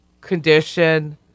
condition